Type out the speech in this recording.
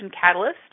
catalyst